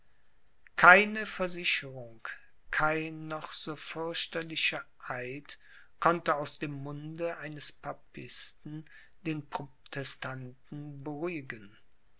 keine versicherung kein noch so fürchterlicher eid konnte aus dem munde eines papisten den protestanten beruhigen